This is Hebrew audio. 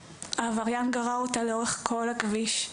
העבריין גרר אותה לאורך כל הכביש,